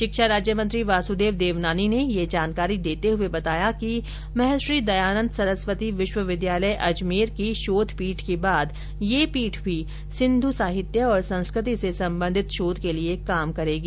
शिक्षा राज्य मंत्री वासुदेव देवनानी ने ये जानकारी देते हुए बताया कि महर्षि दयानन्द सरस्वती विश्वविद्यालय अजमेर की शोध पीठ के बाद यह पीठ भी सिन्धू साहित्य और संस्कृति से संबंधित शोध के लिए काम करेगी